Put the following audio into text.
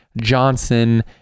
Johnson